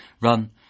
Run